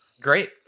Great